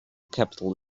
capital